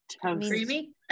creamy